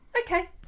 okay